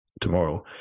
tomorrow